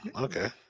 Okay